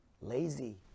lazy